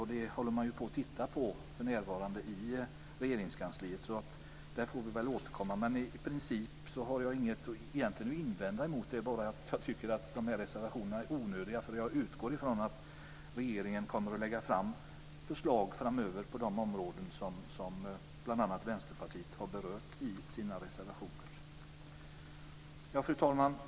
Det här håller man för närvarande på att titta på i Regeringskansliet, så vi får väl återkomma om det. Men i princip har jag egentligen inget att invända mot det. Jag tycker bara att de här reservationerna är onödiga. Jag utgår nämligen från att regeringen kommer att lägga fram förslag framöver på de områden som bl.a. Vänsterpartiet har berört i sina reservationer. Fru talman!